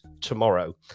tomorrow